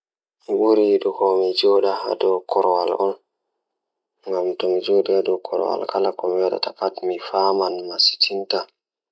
Mi njiddaade hannde e kanŋee ngam ɗum waɗa njofe e wuro. Ko waɗi miɗo njangol e nguurndam.